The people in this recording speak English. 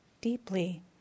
deeply